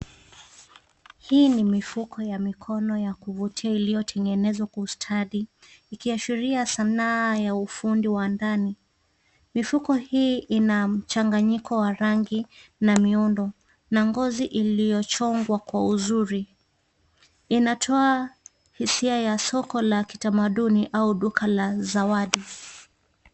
Hii ni mifuko ya mikono ya kuvutia iliyotengenezwa kwa ustadi ikiwa ikiashiria ya sanaa ya ufundi wa ndani ,mifuko hii ina mchanganyiko wa rangi na miundo na ngozi iliyochongwa kwa uzuri inatoa hisia ya soko la kitamaduni au duka la zawadi.